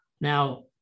Now